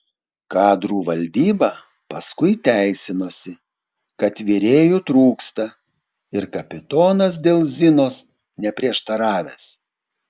kadrų valdyba paskui teisinosi kad virėjų trūksta ir kapitonas dėl zinos neprieštaravęs